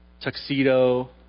tuxedo